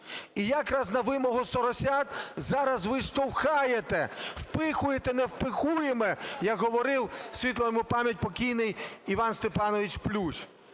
І якраз на вимогу "соросят" зараз ви штовхаєте, "впихуєте невпихуєме", як говорив, світла йому пам'ять, покійний Іван Степанович Плющ.